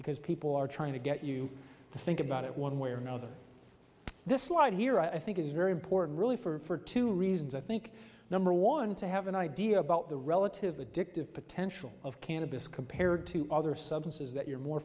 because people are trying to get you to think about it one way or another this slide here i think is very important really for two reasons i think number one to have an idea about the relative addictive potential of cannabis compared to other substances that you're more